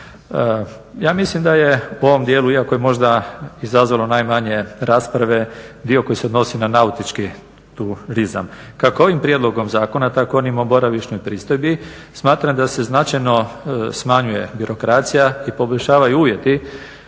Ja mislim da je u ovom dijelu iako je možda izazvalo najmanje rasprave dio koji se odnosi na nautički turizam. Kako ovim prijedlogom zakona tako onim o boravišnoj pristojbi smatram da se značajno smanjuje birokracija i poboljšavaju uvjeti